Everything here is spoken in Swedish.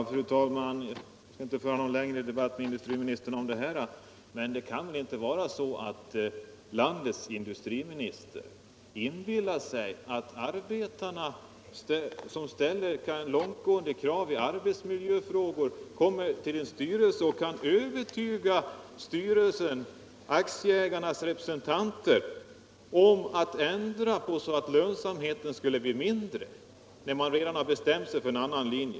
Fru talman! Jag skall inte föra någon längre debatt med industriministern om detta. Men det kan väl inte vara så att landets industriminister inbillar sig att arbetarna som ställer långtgående krav i arbetsmiljöfrågor kommer till en styrelse och kan övertyga styrelsen — aktieägarnas representanter — om att man skall ändra på ett sådant sätt att lönsamheten skulle bli mindre, när man redan har bestämt sig för en annan linje.